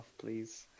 please